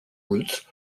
roots